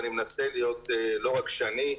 ואני מנסה להיות לא רגשני,